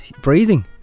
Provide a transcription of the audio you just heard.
breathing